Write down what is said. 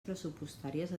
pressupostàries